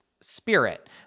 spirit